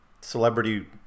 celebrity